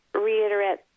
reiterate